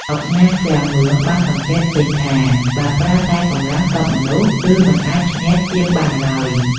ឧកញ៉ា ឃ្លាំងមឿង បានសង្កេតឃើញថា បើប្រើតែកម្លាំងទ័ពមនុស្ស គឺមិនអាចឈ្នះសៀមបានឡើយ។